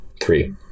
three